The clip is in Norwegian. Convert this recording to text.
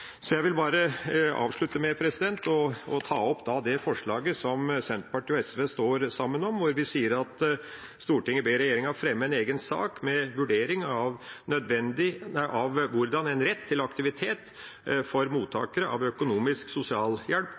Jeg vil da avslutte med å ta opp det forslaget som Senterpartiet og SV står sammen om, som lyder: «Stortinget ber regjeringen fremme en egen sak med vurdering av hvordan en rett til aktivitet for mottakere av økonomisk